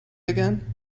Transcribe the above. again